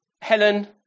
Helen